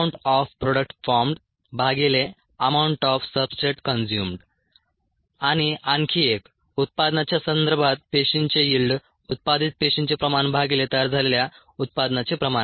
YpSamountofproductformedamountofsubstrateconsumed आणि आणखी एक उत्पादनाच्या संदर्भात पेशींचे यिल्ड उत्पादित पेशींचे प्रमाण भागिले तयार झालेल्या उत्पादनाचे प्रमाण आहे